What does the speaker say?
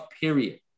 period